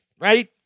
right